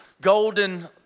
golden